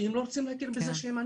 כי הם לא רוצים להכיר בזה שהם עניים,